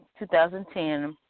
2010